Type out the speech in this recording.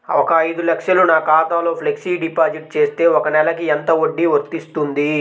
ఒక ఐదు లక్షలు నా ఖాతాలో ఫ్లెక్సీ డిపాజిట్ చేస్తే ఒక నెలకి ఎంత వడ్డీ వర్తిస్తుంది?